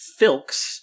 filks